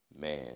Man